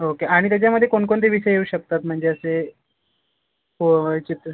okay आणि त्याच्यामध्ये कोणकोणते विषय येऊ शकतात म्हणजे असे तर